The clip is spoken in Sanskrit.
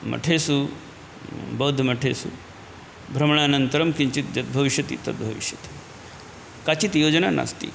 मठेषु बौद्धमठेषु भ्रमणानन्तरं किञ्चित् यद् भविष्यति तद् भविष्यति काचित् योजना नास्ति